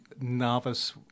novice